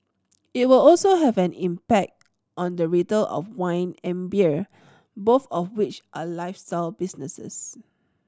it will also have an impact on the of wine and beer both of which are lifestyle businesses